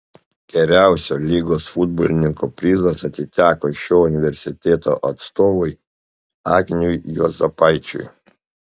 geriausio lygos futbolininko prizas atiteko šio universiteto atstovui agniui juozapaičiui